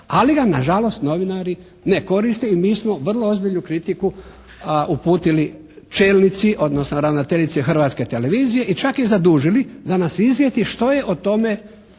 ali ga nažalost novinari ne koriste i mi smo vrlo ozbiljnu kritiku uputili čelnici odnosno ravnateljici Hrvatske televizije i čak je i zadužili da nas izvijesti što je o tome